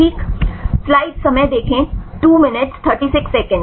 ठीक